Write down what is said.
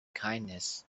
kindness